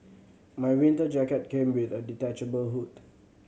my winter jacket came with a detachable hood